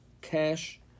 Cash